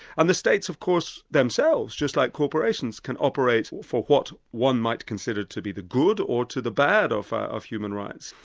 and the states of course themselves, just like corporations, can operate for what one might consider to be the good or to the bad of of human rights.